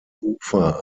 ufer